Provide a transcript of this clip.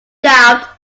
doubt